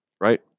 right